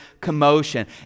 commotion